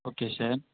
okay sir